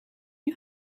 you